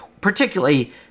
particularly